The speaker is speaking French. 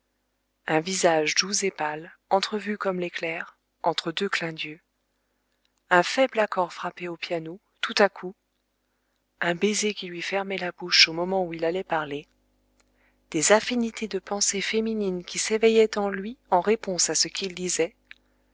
un visage doux et pâle entrevu comme l'éclair entre deux clins d'yeux un faible accord frappé au piano tout à coup un baiser qui lui fermait la bouche au moment où il allait parler des affinités de pensées féminines qui s'éveillaient en lui en réponse à ce qu'il disait